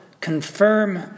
confirm